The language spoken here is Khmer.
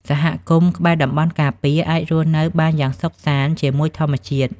សហគមន៍ក្បែរតំបន់ការពារ អាចរស់នៅបានយ៉ាងសុខសាន្តជាមួយធម្មជាតិ។